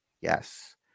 Yes